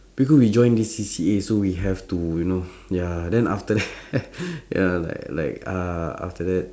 because we join this C_C_A so we have to you know ya then after that ya like like uh after that